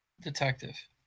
Detective